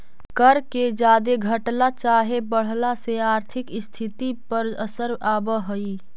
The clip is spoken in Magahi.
कर के जादे घटला चाहे बढ़ला से आर्थिक स्थिति पर असर आब हई